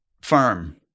firm